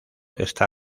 está